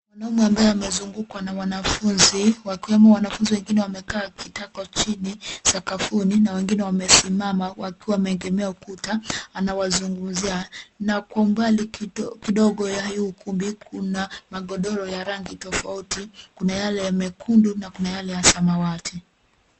Mwanaume ambaye amezungukwa na wanafunzi wakiwemo wanafunzi wengine wamekaa kitako chini sakafuni na wengine wamesimama wakiwa wameegemea ukuta anawazungumzia na kwa umbali kidogo ya hii ukumbi kuna magodoro ya rangi tofauti, kuna yale ya mekundu na kuna yale ya samawati.